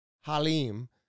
Halim